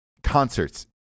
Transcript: Concerts